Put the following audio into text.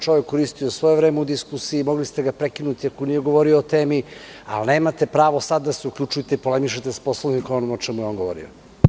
Čovek je koristio svoje vreme u diskusiji i mogli ste ga prekinuti ako nije govorio o temi, ali nemate pravo sada da se uključujete i polemišete sa poslanikom ono o čemu je on govorio.